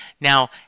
Now